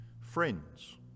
Friends